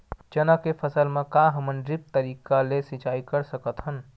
चना के फसल म का हमन ड्रिप तरीका ले सिचाई कर सकत हन?